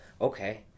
okay